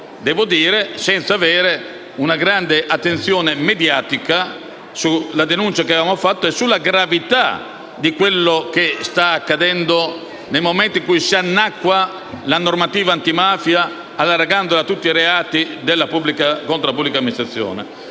purtroppo senza ricevere una grande attenzione mediatica sulla denuncia e sulla gravità di quello che sta accadendo, nel momento in cui si annacqua la normativa antimafia allargandola a tutti i reati contro la pubblica amministrazione.